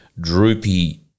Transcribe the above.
droopy